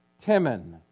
Timon